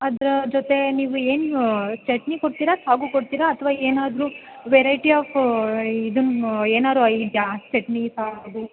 ಅದ್ರ ಜೊತೆ ನೀವೇನು ಚಟ್ನಿ ಕೊಡ್ತೀರಾ ಸಾಗು ಕೊಡ್ತೀರಾ ಅಥ್ವಾ ಏನಾದರೂ ವೆರೈಟಿ ಆಫು ಇದನ್ನು ಏನಾದ್ರು ಇದೆಯಾ ಚಟ್ನಿ ಸಾಗು